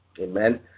Amen